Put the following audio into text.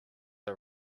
are